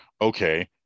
okay